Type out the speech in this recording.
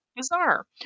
bizarre